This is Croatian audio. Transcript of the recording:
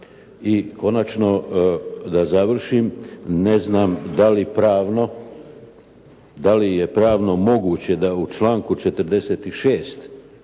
I konačno da završim. Ne znam da li pravno, da li je pravno moguće da je u članku 46.